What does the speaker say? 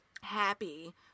happy